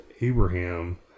Abraham